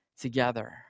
together